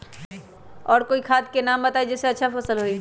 और कोइ खाद के नाम बताई जेसे अच्छा फसल होई?